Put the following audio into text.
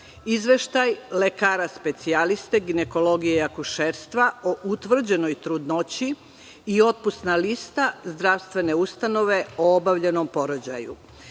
izveštaj lekara specijaliste ginekologije i akušerstva o utvrđenoj trudnoći i otpusna lista zdravstvene ustanove o obavljenom porođaju.